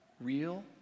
Real